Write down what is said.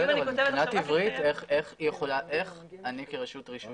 מבחינת עברית, איך אני כרשות רישוי,